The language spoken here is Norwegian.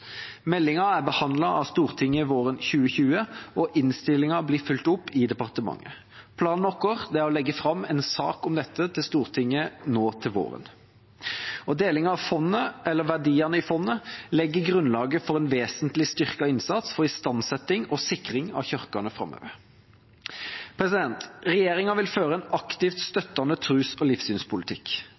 Meldinga ble behandlet av Stortinget våren 2020, og innstillinga blir fulgt opp i departementet. Planen vår er å legge fram en sak om dette til Stortinget nå til våren. Verdiene i fondet legger grunnlaget for en vesentlig styrket innsats for istandsetting og sikring av kirkene framover. Regjeringa vil føre en aktivt støttende tros- og livssynspolitikk.